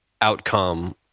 outcome